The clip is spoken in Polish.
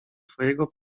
twojego